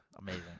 amazing